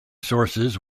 sources